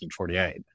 1948